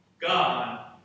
God